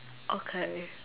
okay